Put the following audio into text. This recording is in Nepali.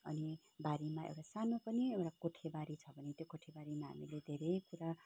अनि बारीमा एउटा सानो पनि एउटा कोठेबारी छ भने त्यो कोठेबारीमा हामीले धेरै कुरा